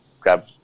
grab